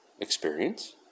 experience